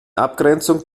abgrenzung